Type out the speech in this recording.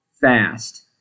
fast